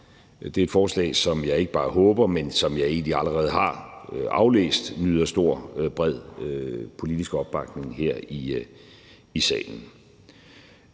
Det er et forslag, som jeg ikke bare håber, men som jeg egentlig også allerede har aflæst nyder stor og bred politisk opbakning her i salen.